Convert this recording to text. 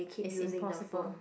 it's impossible